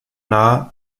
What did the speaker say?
nah